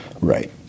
Right